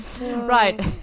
Right